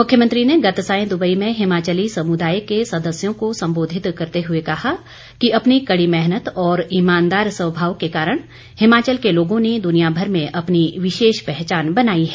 मुख्यमंत्री ने गत सायं दुबई में हिमाचली समुदाया के सदस्यों को सम्बोधित करते हुए कहा कि अपनी कड़ी मेहनत और ईमानदार स्वभाव के कारण हिमाचल के लोगों ने दुनियाभर में अपनी विशेष पहचान बनाई है